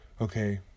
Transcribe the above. Okay